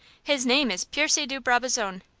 his name is percy de brabazon.